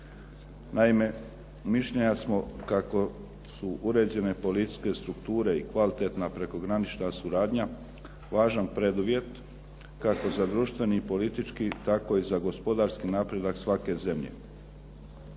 Naime, mišljenja smo kako su uređene policijske strukture i kvalitetna prekogranična suradnja važan preduvjet kako za društveni politički, tako i za gospodarski napredak svake zemlje.